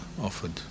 offered